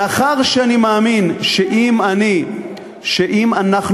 מאחר שאני מאמין שאם אני,